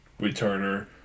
returner